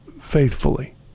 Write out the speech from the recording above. faithfully